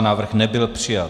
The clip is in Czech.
Návrh nebyl přijat.